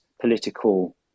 political